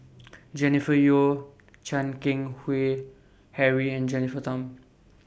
Jennifer Yeo Chan Keng Howe Harry and Jennifer Tham